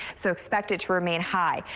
so expect it to remain high.